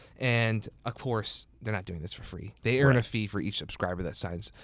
and ah course, they're not doing this for free they earn a fee for each subscriber that signs